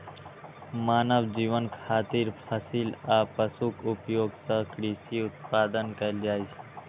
मानव जीवन खातिर फसिल आ पशुक उपयोग सं कृषि उत्पादन कैल जाइ छै